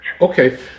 Okay